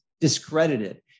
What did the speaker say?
discredited